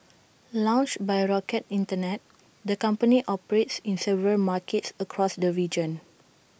launched by rocket Internet the company operates in several markets across the region